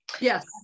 Yes